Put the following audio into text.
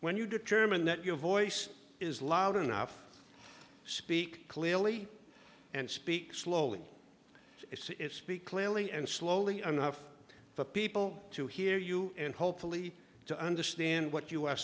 when you determine that your voice is loud enough to speak clearly and speak slowly it's speak clearly and slowly enough for people to hear you and hopefully to understand what you are